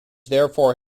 therefore